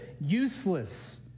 useless